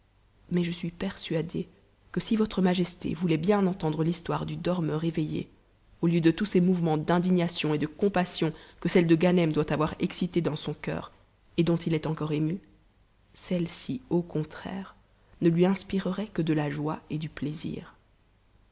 mais je suis persuadée que si votre majesté voulait bien entendre l'histoire du dormeur éveillé au lieu de tous ces mouvements d'indignation et de compassion que celle de ganem doit avoir excités dans son cœur et dont it est encore ému celle-ci au contraire ne lui inspirerait que de la joie et du plaisir